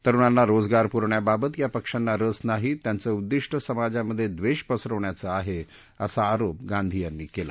तरुणांना रोजगार पुरवण्याबाबत या पक्षांना रस नाही त्याचं उद्दिष्ट समाजामध्ये द्वेष पसरवण्याचं आहे असा आरोप गांधी यांनी केला